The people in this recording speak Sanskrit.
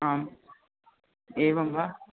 आम् एवं वा